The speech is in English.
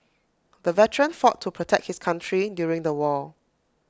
the veteran fought to protect his country during the war